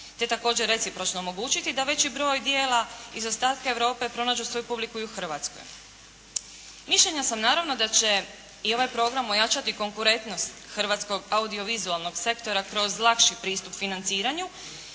te također recipročno omogućiti da veći broj djela iz ostatka Europe pronađu svoju publiku i u Hrvatskoj. Mišljenja sam naravno da će i ovaj program ojačati konkurentnost hrvatskog audio vizualnog sektora kroz lakši pristup financiranju